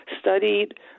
studied